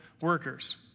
workers